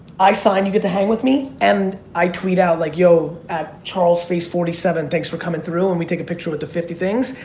i sign, you get to hang with me and i tweet out like yo, at charles face forty seven thanks for coming through and we take a picture with the fifty things.